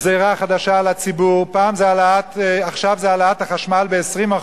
גזירה חדשה על הציבור: עכשיו זה העלאת החשמל ב-20%,